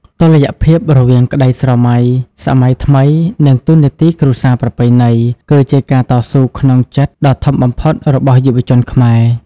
តុល្យភាពរវាងក្តីស្រមៃសម័យថ្មី និងតួនាទីគ្រួសារប្រពៃណី គឺជាការតស៊ូក្នុងចិត្តដ៏ធំបំផុតរបស់យុវជនខ្មែរ។